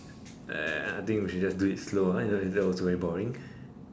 uh I think we should just do it slow ah if not later also very boring